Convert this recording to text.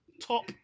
top